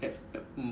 help